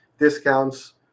discounts